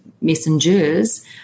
messengers